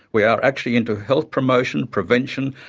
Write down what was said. we are actually into health promotion, prevention,